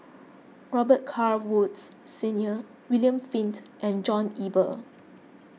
Robet Carr Woods Senior William Flint and John Eber